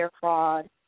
fraud